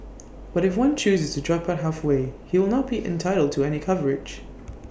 but if one chooses to drop out halfway he will not be entitled to any coverage